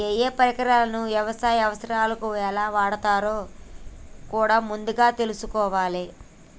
ఏయే పరికరాలను యవసాయ అవసరాలకు ఎలా వాడాలో కూడా ముందుగా తెల్సుకోవాలే